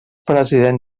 president